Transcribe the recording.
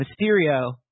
Mysterio